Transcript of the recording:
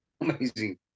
Amazing